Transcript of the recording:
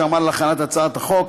שעמל על הכנת הצעת החוק.